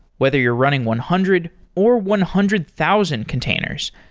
whether you're running one hundred or one hundred thousand containers,